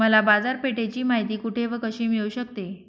मला बाजारपेठेची माहिती कुठे व कशी मिळू शकते?